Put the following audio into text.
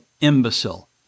imbecile